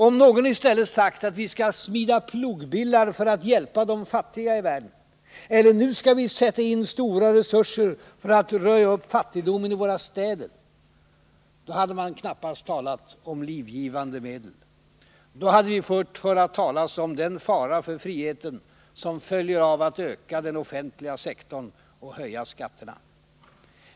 Om någon i stället sagt att nu skall vi smida plogbillar för att hjälpa de fattiga i världen, eller att nu skall vi sätta in stora resurser för att röja upp fattigdomen i våra städer, då hade man knappast talat om livgivande medel. Då hade vi fått höra talas om den fara för friheten som följer av att öka den offentliga sektorn och höja skatterna.